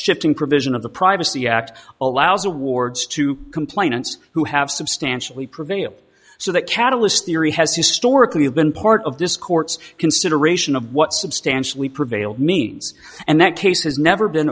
shifting provision of the privacy act allows awards to complainants who have substantially prevailed so that catalyst theory has historically been part of this court's consideration of what substantially prevail means and that case has never been